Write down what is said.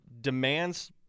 demands